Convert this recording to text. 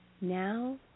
now